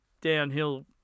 downhill